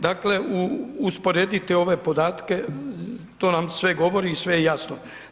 Dakle, usporedite ove podatke to nam sve govori, i sve je jasno.